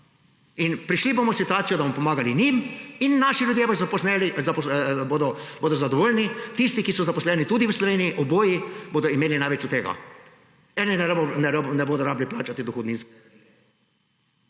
Prišli bomo v situacijo, da bomo pomagali njim, in naši ljudje bodo zadovoljni, tudi tisti, ki so zaposleni v Sloveniji, oboji bodo imeli največ od tega. Enega evra jim ne bo treba plačati dohodninske